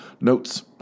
notes